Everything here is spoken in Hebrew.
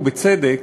ובצדק,